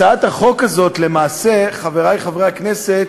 הצעת החוק הזאת, למעשה, חברי חברי הכנסת,